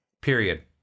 period